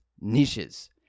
niches